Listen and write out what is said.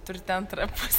turite antrąją pusę